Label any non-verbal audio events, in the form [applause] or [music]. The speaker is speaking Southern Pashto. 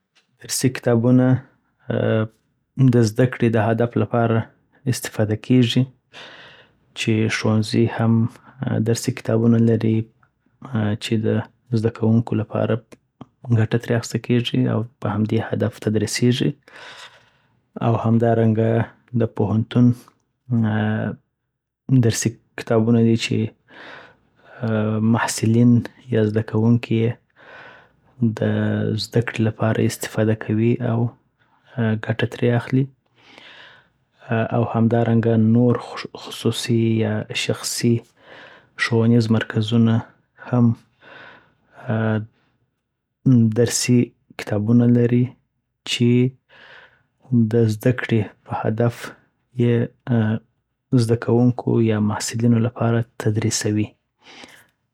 درسی کتابونه د زدکړی د هدف لپاره استفاده کیږی چی ښوونځی هم درسی کتابونه لری چی د زده کوونکو لپاره ګټه تری اخیستل کیږی او په همدی هدف تدریسیږی او همدا رنګه د پوهنتون درسی کتابونه دی چی محصیلین یا زدکونکی یی دزدکړی لپاره یی استفاده کوی او ګټه تری اخلی ا او همدا رنګه نور خصوصی یا شخصی ښوونیز مرکزونه هم [noise] ا [noise] درسی کتابونه لری. چی د زدکړی په هدف یی زدکونکو یا محصیلینو لپاره یی تدریسیوی